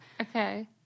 Okay